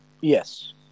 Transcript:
Yes